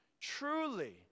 truly